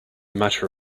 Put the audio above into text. matter